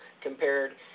compared